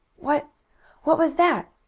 what what was that?